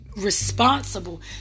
responsible